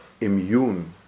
immune